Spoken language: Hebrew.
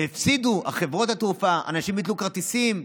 והפסידו חברות התעופה, אנשים ביטלו כרטיסים.